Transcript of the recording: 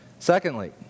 Secondly